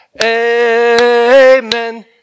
Amen